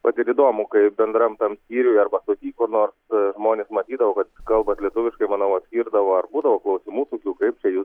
vat ir įdomu kaip bendram tam skyriuj arba stoty kur nors žmonės matydavo kad kalbat lietuviškai manau atskirdavo ar būdavo klausimų tokių kaip čia jūs